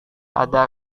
ada